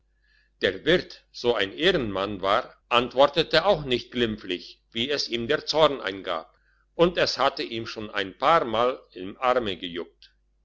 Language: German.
der wirt so ein ehrenmann war antwortete auch nicht glimpflich wie es ihm der zorn eingab und es hatte ihm schon ein paar mal im arme gejuckt